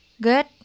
Good